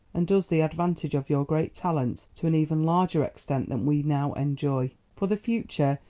and us the advantage of your great talents to an even larger extent than we now enjoy. for the future,